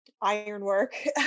ironwork